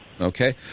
Okay